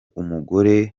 umugore